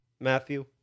Matthew